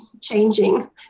changing